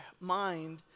mind